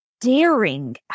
daring